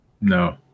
No